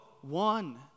one